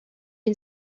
une